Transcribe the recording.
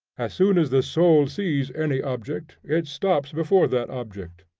as soon as the soul sees any object, it stops before that object.